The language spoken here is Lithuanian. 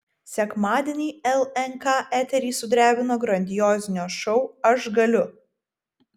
sekmadienį lnk eterį sudrebino grandiozinio šou aš galiu